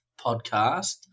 podcast